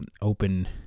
open